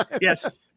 Yes